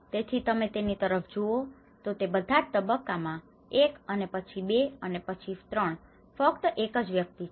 તેથી તમે તેની તરફ જુઓ તો તે બધાજ તબકાઓમાં 1 અને પછી 2 અને પછી 3 ફક્ત એકજ વ્યક્તિ છે